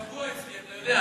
זה קבוע אצלי, אתה יודע.